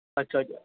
اچھا